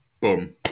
boom